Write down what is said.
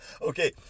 Okay